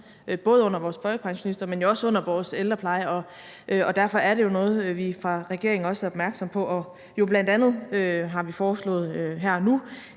hånden under vores folkepensionister, men også under vores ældrepleje. Derfor er det jo noget, vi fra regeringens side også er opmærksomme på. Vi har jo bl.a. her og nu